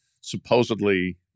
supposedly –